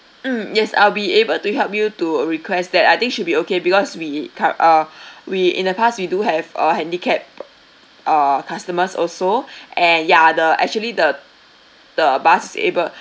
mm yes I'll be able to help you to uh request that I think should be okay because we cur~ uh we in the past we do have a handicapped uh customers also and ya the actually the the bus is able